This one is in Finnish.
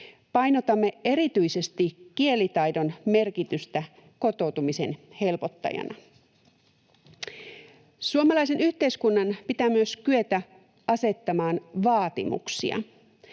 Painotamme erityisesti kielitaidon merkitystä kotoutumisen helpottajana. Suomalaisen yhteiskunnan pitää myös kyetä asettamaan vaatimuksia.